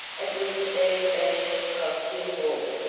it was to be a spanish costume-ball,